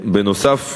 בנוסף,